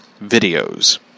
videos